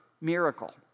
miracle